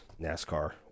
NASCAR